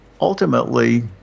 ultimately